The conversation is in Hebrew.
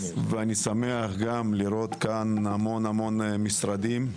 אני שמח גם לראות כאן המון המון משרדים.